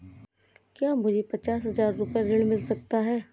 क्या मुझे पचास हजार रूपए ऋण मिल सकता है?